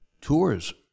tours